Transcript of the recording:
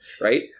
right